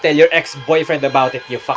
tell you ex boyfriend about it you fu